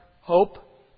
hope